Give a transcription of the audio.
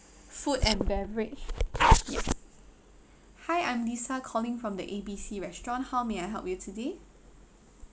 food and beverage hi I'm lisa calling from the A B C restaurant how may I help you today